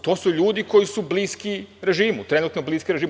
To su ljudi koji su bliski režimu, trenutno bliski režimu.